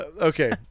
Okay